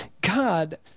God